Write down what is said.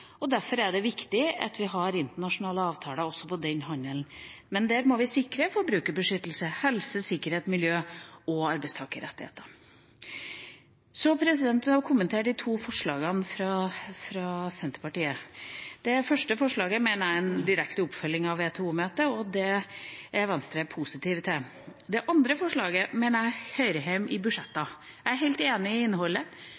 Derfor er det viktig at vi har internasjonale avtaler også for denne handelen. Der må vi sikre forbrukerbeskyttelse, helse, sikkerhet, miljø og arbeidstakerrettigheter. Så vil jeg kommentere de to forslagene fra Senterpartiet. Det første forslaget mener jeg er en direkte oppfølging av WTO-møtet, og det er Venstre positivt til. Det andre forslaget mener jeg hører hjemme i